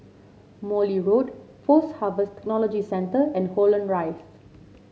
Morley Road Post Harvest Technology Centre and Holland Rise